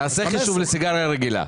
תעשה חישוב לסיגריה רגילה.